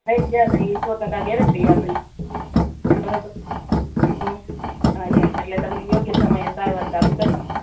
થઈ જશે એ સો ટકા ગેરંટી આપણી બરાબર હ હા એમ એટલે તમે યોગ્ય સમયે સારવાર ચાલું કરી દો